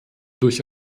durch